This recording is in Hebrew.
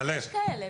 מלא,